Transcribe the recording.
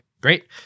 Great